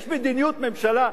יש מדיניות ממשלה,